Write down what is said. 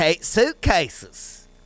suitcases